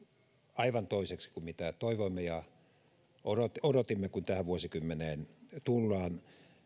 aivan toiseksi kuin mitä toivoimme ja odotimme kun tähän vuosikymmeneen tullaan mutta